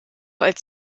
als